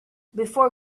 before